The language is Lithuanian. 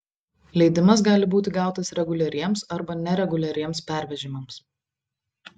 leidimas gali būti gautas reguliariems arba nereguliariems pervežimams